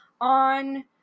on